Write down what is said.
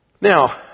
Now